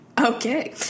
Okay